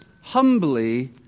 humbly